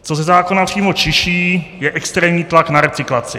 Co ze zákona přímo čiší, je extrémní tlak na recyklaci.